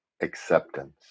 Acceptance